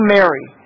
Mary